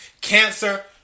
Cancer